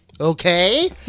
Okay